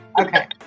okay